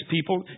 people